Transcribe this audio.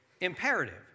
imperative